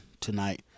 tonight